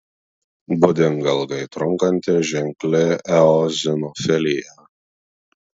būdinga ilgai trunkanti ženkli eozinofilija